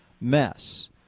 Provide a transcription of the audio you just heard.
mess